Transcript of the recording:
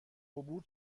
عبور